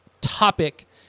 topic